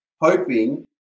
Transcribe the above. hoping